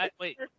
Wait